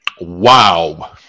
Wow